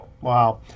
Wow